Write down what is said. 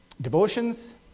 Devotions